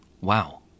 Wow